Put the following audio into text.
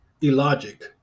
illogic